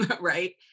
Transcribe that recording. Right